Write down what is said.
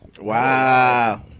Wow